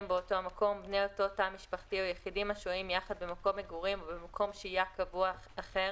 לא תהיה שום הצבעה?